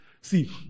See